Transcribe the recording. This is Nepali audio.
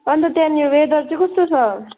अन्त त्यहाँनिर वेदर चाहिँ कस्तो छ